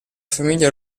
famiglia